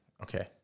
Okay